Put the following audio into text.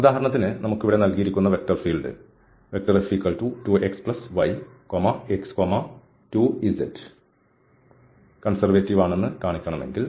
ഉദാഹരണത്തിന് നമുക്കിവിടെ നൽകിയിരിക്കുന്ന വെക്റ്റർ ഫീൽഡ് F2xyx2zകൺസെർവേറ്റീവ് ആണെന്ന് കാണിക്കണമെങ്കിൽ